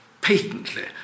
patently